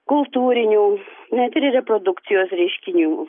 kultūrinių net ir reprodukcijos reiškinių